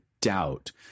doubt